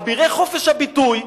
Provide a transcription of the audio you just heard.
אבירי חופש הביטוי,